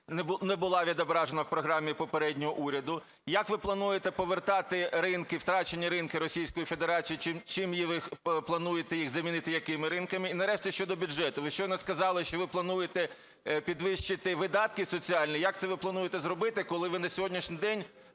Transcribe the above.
не була відображена в програмі попереднього уряду. Як ви плануєте повертати ринки – втрачені ринки Російської Федерації, чим ви їх плануєте замінити, якими ринками? І нарешті щодо бюджету. Ви щойно сказали, що ви плануєте підвищити видатки соціальні. Як це ви плануєте зробити, коли ви на сьогоднішній день,